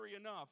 enough